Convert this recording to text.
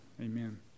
Amen